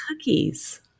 cookies